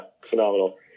phenomenal